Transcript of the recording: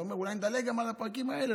אתה אומר: אולי נדלג על הפרקים האלה,